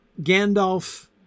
Gandalf